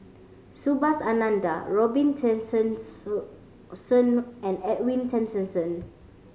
Subhas Anandan Robin and Edwin Tessensohn